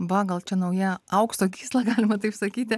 va gal čia nauja aukso gysla galima taip sakyti